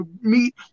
meet